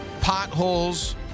potholes